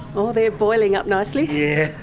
but they're boiling up nicely! yeah.